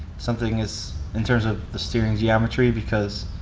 something is in terms of the steering geometry because